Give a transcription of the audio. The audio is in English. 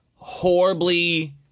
horribly